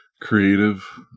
creative